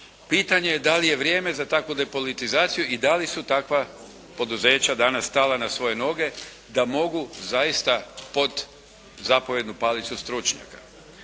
Pitanje je da li je vrijeme za takvu depolitizaciju i da li su takva poduzeća danas stala na svoje noge da mogu zaista pod zapovjednu palicu stručnjaka.